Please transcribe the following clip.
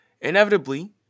inevitably